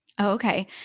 Okay